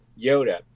Yoda